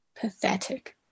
Pathetic